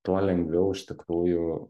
tuo lengviau iš tikrųjų